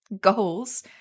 goals